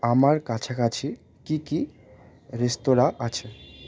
আমার কাছাকাছি কী কী রেস্তোরাঁ আছে